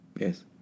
Yes